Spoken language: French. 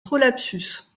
prolapsus